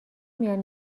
میان